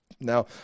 Now